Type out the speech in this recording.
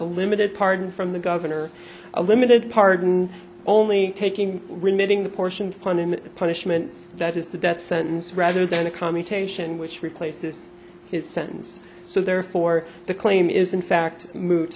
limited pardon from the governor a limited pardon only taking remitting the portion punin punishment that is the death sentence rather than a commutation which replaces his sentence so therefore the claim is in fact mo